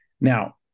Now